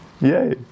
yay